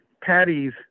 Patty's